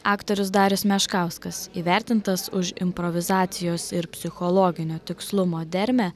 aktorius darius meškauskas įvertintas už improvizacijos ir psichologinio tikslumo dermę